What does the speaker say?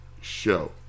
show